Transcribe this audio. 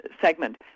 segment